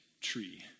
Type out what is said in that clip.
tree